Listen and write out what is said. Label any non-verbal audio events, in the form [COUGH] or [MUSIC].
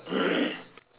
[COUGHS]